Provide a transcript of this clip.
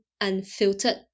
unfiltered